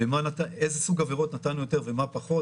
באיזה סוג עבירות נתנו יותר ובמה פחות.